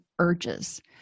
urges